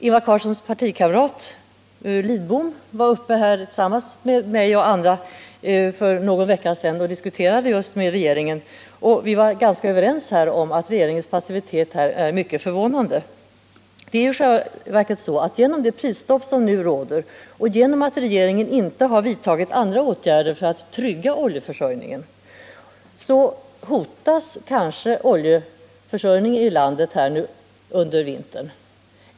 Ingvar Carlssons partikamrat Carl Lidbom diskuterade tillsammans med mig och andra här i kammaren för någon vecka sedan den här frågan med regeringen. Vi var överens om att regeringens passivitet här är mycket förvånande. Genom det prisstopp som nu råder och genom att regeringen inte har vidtagit andra åtgärder för att trygga oljeförsörjningen hotas oljeförsörjningen i landet under vintern.